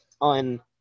on –